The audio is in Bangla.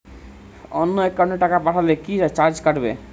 অন্য একাউন্টে টাকা পাঠালে কি চার্জ কাটবে?